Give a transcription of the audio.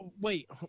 Wait